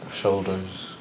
shoulders